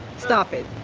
stop it.